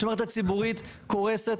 עד שהמערכת הציבורית קרסה.